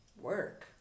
work